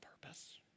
purpose